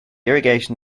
irrigation